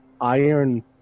iron